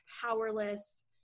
powerless